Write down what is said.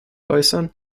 äußern